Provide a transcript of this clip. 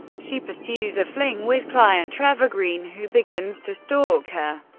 she pursues a fling with client trevor green, who begins to stalk her.